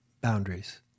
boundaries